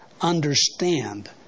understand